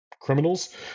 criminals